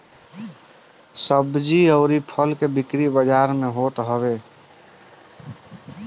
सब्जी अउरी फल के बिक्री बाजारी में होत हवे